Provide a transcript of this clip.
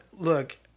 Look